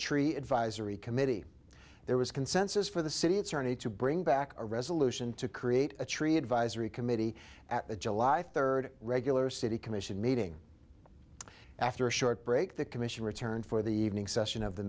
tree advisory committee there was consensus for the city attorney to bring back a resolution to create a tree advisory committee at the july third regular city commission meeting after a short break the commission returned for the evening session of the